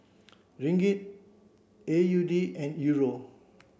Ringgit A U D and Euro